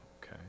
okay